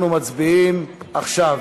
אנחנו מצביעים עכשיו.